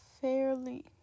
fairly